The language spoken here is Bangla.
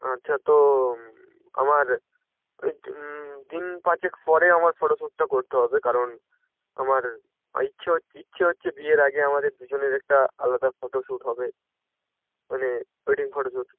আচ্ছা তো আমার এই দিন পাঁচেক পরে আমার ফটোশ্যুটটা করতে হবে কারণ আমার ইচ্ছে হচ্ছে ইচ্ছে হচ্ছে বিয়ের আগে আমাদের দুজনের একটা আলাদা ফটোশ্যুট হবে মানে ওয়েডিং ফটোশ্যুট